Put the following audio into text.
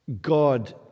God